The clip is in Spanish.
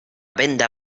venda